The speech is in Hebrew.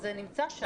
זה נמצא שם.